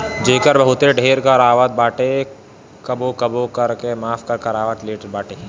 जेकर बहुते ढेर कर आवत बाटे उ कबो कबो कर के माफ़ भी करवा लेवत बाटे